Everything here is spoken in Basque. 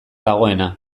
dagoena